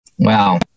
Wow